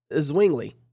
Zwingli